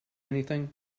anything